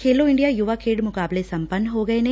ਖੇਲੋ India ਯੁਵਾ ਖੇਡ ਮੁਕਾਬਲੇ ਸੰਪੰਨ ਹੋ ਗਏ ਨੇ